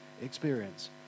experience